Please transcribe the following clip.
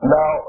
Now